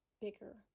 bigger